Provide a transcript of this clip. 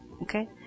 Okay